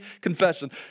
confession